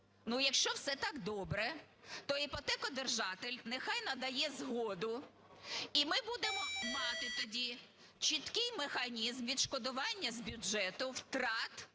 Ну, якщо все так добре, то іпотекодержатель нехай надає згоду і ми будемо мати тоді чіткий механізм відшкодування з бюджету втрат,